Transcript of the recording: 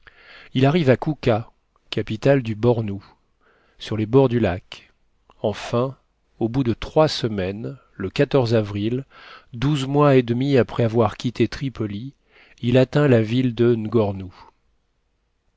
il arrive à kouka capitale du bornou sur les bords du lac enfin au bout de trois semaines le avril douze mois et demi après avoir quitté tripoli il atteint la ville de